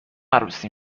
عروسی